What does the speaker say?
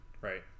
Right